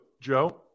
Joe